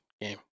game